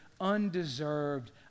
undeserved